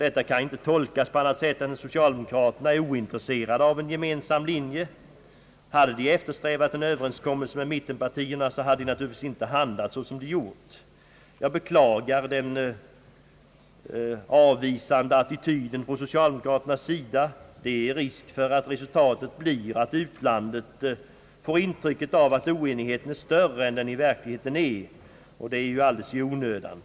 Detta kan inte tolkas på annat sätt än att socialdemokraterna är ointresserade av en gemensam linje. Hade de eftersträvat en överenskommelse med mittenpartierna, hade de naturligtvis inte handlat så som de nu gjort. Jag beklagar den avvisande attityden från socialdemokraternas sida. Det är risk för att resultatet blir att utlandet får det intrycket att oenigheten är större än den i verkligheten är — och detta alldeles i onödan.